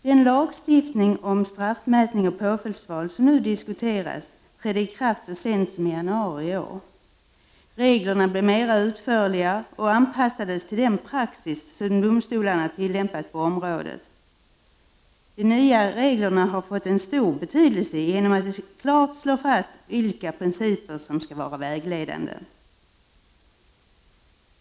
Den lagstiftning om straffmätning och påföljdsval som nu diskuteras trädde i kraft så sent som i januari i år. Reglerna blev mera utförliga och anpassades till den praxis som domstolarna tillämpat på området. De nya reglerna har fått stor betydelse genom att de klart slår fast vilka principer som skall vara vägledande.